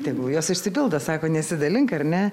tegul jos išsipildo sako nesidalink ar ne